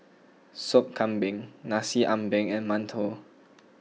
Sop Kambing Nasi Ambeng and Mantou